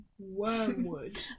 wormwood